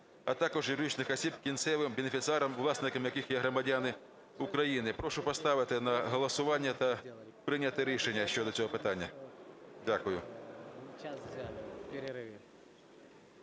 а також юридичних осіб, кінцевим бенефіціарним власником яких є громадянин України. Прошу поставити на голосування та прийняти рішення щодо цього питання. Дякую.